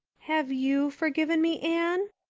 have you forgiven me, anne?